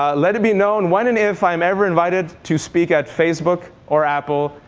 ah let it be known, when and if i'm ever invited to speak at facebook or apple,